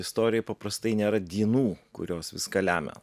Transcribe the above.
istorijoj paprastai nėra dienų kurios viską lemia